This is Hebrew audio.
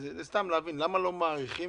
סתם להבין: למה לא מאריכים,